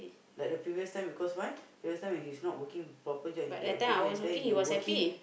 like the previous time because why when he's not working he get a big hand then you working